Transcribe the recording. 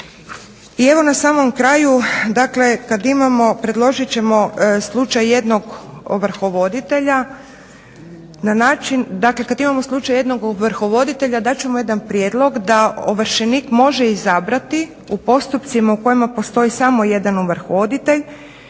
na način, dakle kad imamo slučaj jednog ovrhovoditelja dat ćemo jedan prijedlog da ovršenik može izabrati u postupcima u kojima postoji samo jedan ovrhovoditelj